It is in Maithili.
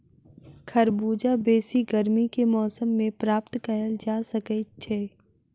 खरबूजा बेसी गर्मी के मौसम मे प्राप्त कयल जा सकैत छै